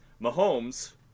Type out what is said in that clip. Mahomes